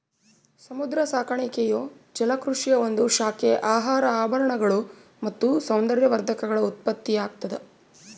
ಸಮುದ್ರ ಸಾಕಾಣಿಕೆಯು ಜಲಕೃಷಿಯ ಒಂದು ಶಾಖೆ ಆಹಾರ ಆಭರಣಗಳು ಮತ್ತು ಸೌಂದರ್ಯವರ್ಧಕಗಳ ಉತ್ಪತ್ತಿಯಾಗ್ತದ